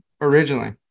originally